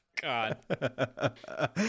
God